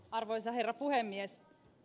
arvoisa herra puhemies